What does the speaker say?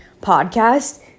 podcast